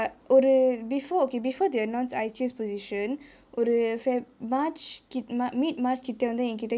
ஒரு:oru before okay before they announce I_C_S position ஒரு:oru feb~ march mid march கிட்டே வந்து என்கிட்டே:kitae vanthu enkitae